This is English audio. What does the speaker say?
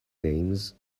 names